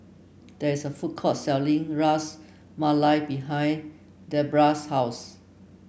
there is a food court selling Ras Malai behind Debrah's house